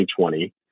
2020